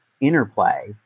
interplay